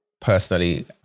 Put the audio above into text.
personally